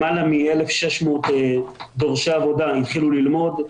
למעלה מ-1,600 דורשי עבודה התחילו ללמוד.